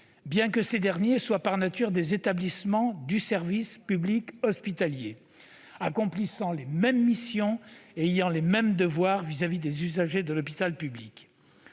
bien que ces derniers soient par nature des établissements du service public hospitalier accomplissant les mêmes missions et ayant les mêmes devoirs vis-à-vis des usagers que l'hôpital public.